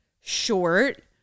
short